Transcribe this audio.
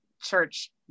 church